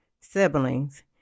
siblings